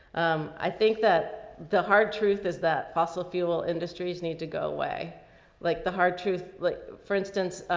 um, i think that the hard truth is that fossil fuel industries need to go away like the hard truth. like for instance,